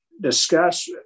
discuss